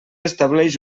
estableix